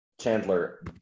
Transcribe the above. Chandler